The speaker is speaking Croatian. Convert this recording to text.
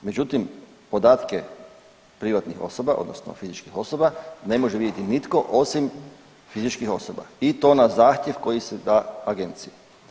Međutim, podatke privatnih osoba odnosno fizičkih osoba ne može vidjeti nitko osim fizičkih osoba i to na zahtjev koji se da agenciji.